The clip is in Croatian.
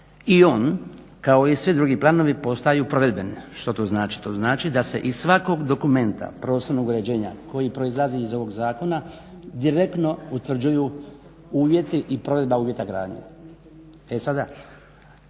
i on kao i svi drugi planovi postaju provedbeni. Što to znači? To znači da se iz svakog dokumenta prostornog uređenja koji proizlazi iz ovog zakona direktno utvrđuju uvjeti i provedba uvjeta gradnje. E sada